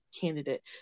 candidate